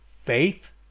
Faith